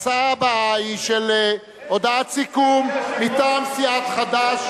ההצעה הבאה היא הודעת סיכום מטעם סיעת חד"ש,